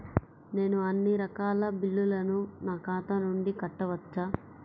నేను అన్నీ రకాల బిల్లులను నా ఖాతా నుండి కట్టవచ్చా?